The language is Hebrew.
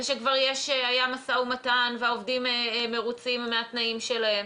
שכבר היה משא ומתן והעובדים מרוצים מהתנאים שלהם.